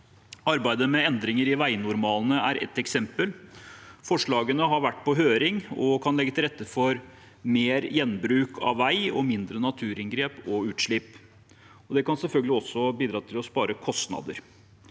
Arbeidet med endringer i veinormalene er ett eksempel. Forslagene har vært på høring og kan legge til rette for mer gjenbruk av vei og mindre naturinngrep og utslipp. Det kan selvfølgelig også bidra til å spare kostnader.